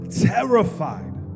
terrified